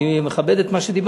אני מכבד את מה שאמרת.